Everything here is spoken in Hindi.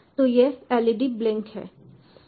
तो यह LED ब्लिंक है